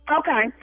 okay